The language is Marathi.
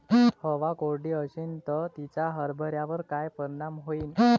हवा कोरडी अशीन त तिचा हरभऱ्यावर काय परिणाम होईन?